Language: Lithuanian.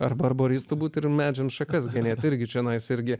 arba arba kristų būti ir medžiams šakas genėti irgi čionai irgi